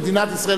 מדינת ישראל,